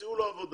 ימצאו לו עבודה,